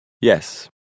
Yes